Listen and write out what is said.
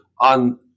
on